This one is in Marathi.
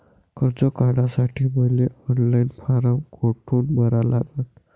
कर्ज काढासाठी मले ऑनलाईन फारम कोठून भरावा लागन?